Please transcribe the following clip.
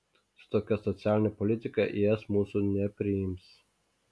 su tokia socialine politika į es mūsų nepriims